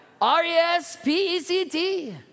R-E-S-P-E-C-T